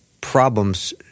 problems